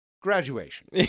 graduation